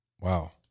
wow